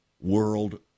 world